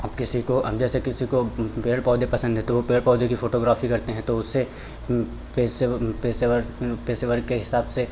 अब किसी को अब जैसे किसी को पेड़ पौधे पसंद हैं तो वो पेड़ पौधे की फ़ोटोग्राफ़ी करते हैं तो उससे पेशेवर पेशेवर पेशेवर के हिसाब से